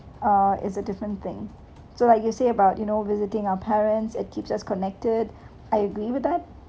uh is a different thing so like you say about you know visiting our parents it keeps us connected I agree with that